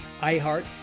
iHeart